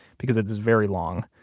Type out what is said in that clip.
because it was very long.